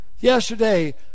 yesterday